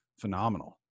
phenomenal